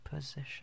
position